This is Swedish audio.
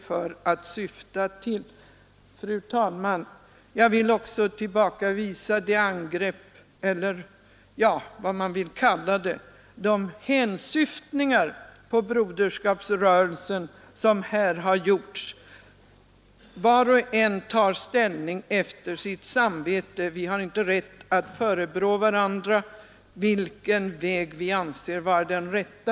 Fru talman! Jag vill också tillbakavisa de hänsyftningar — eller vad man vill kalla det — på Broderskapsrörelsen som här har gjorts. Var och en tar ställning efter sitt samvete. Vi har inte rätt att förebrå varandra för vilken väg vi anser vara den rätta.